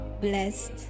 blessed